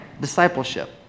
Discipleship